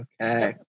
Okay